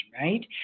right